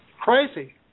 crazy